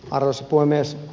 arvoisa puhemies